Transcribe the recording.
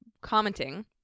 commenting